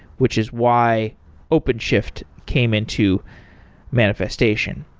which is why openshift came into manifestation.